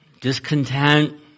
discontent